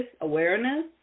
awareness